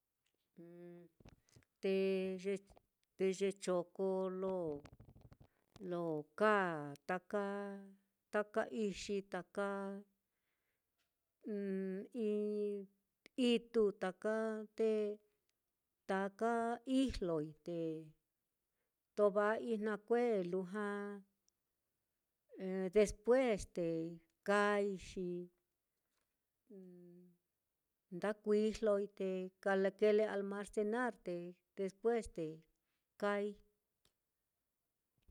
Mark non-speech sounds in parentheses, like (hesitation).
(hesitation) te ye te ye choko lo lo kaa taka taka ixi, taka (hesitation) i-itú taka te taka ijloi te tova'ai na kue lujua despues te kaai xi (hesitation) nda kuijloi te ka (hesitation) kile almacenar, te despues te kaai.